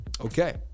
Okay